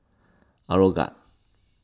Aeroguard